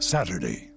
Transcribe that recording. Saturday